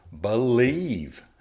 Believe